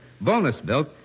bonus-built